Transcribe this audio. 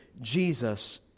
Jesus